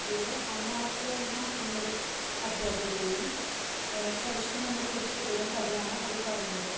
അതില് അന്നാവാസ്ലിവ്ന എന്നൊരു അധ്യാപികയുടെയും സവിഷ്കിൻ എന്ന ഒരു കൊച്ചുകുട്ടിയുടെയും കഥയാണ് അതിൽ പറയുന്നത്